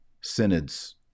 synods